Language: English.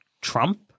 trump